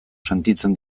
sentitzen